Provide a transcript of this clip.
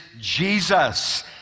Jesus